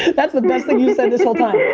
that's the best thing you said this whole time.